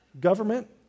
government